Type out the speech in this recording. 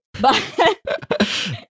but-